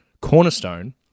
cornerstone